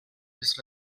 les